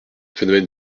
phénomène